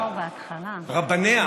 רבניה,